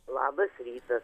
labas rytas